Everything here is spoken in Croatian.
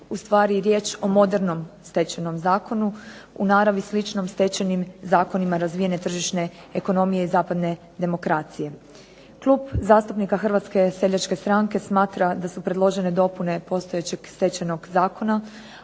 ustvari riječ o modernom Stečajnom zakonu, u naravi sličnom stečajnim zakonima razvijene tržišne ekonomije i zapadne demokracije. Klub zastupnika Hrvatske seljačke stranke smatra da su predložene dopune postojećeg Stečajnog zakona,